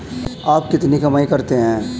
आप कितनी कमाई करते हैं?